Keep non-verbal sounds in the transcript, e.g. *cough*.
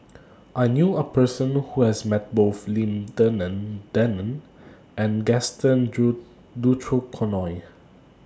I knew A Person Who has Met Both Lim Denan Denon and Gaston *unintelligible* Dutronquoy